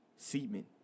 Seaman